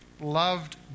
loved